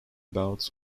bouts